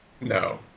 No